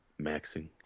maxing